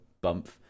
bump